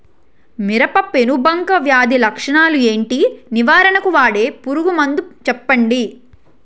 మిరప పెనుబంక వ్యాధి లక్షణాలు ఏంటి? నివారణకు వాడే పురుగు మందు చెప్పండీ?